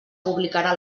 publicarà